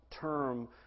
term